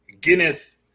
Guinness